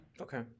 okay